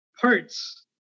parts